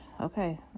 okay